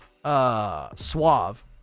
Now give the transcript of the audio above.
Suave